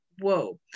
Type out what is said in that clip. whoa